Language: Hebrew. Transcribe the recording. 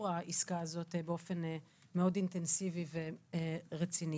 העסקה הזאת באופן מאוד אינטנסיבי ורציני.